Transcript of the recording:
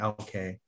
okay